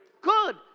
Good